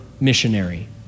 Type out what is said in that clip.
missionary